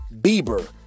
Bieber